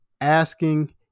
asking